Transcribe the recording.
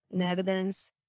evidence